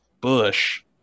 Bush